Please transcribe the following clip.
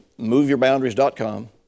moveyourboundaries.com